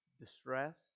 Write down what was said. distress